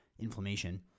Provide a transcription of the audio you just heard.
inflammation